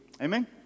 Amen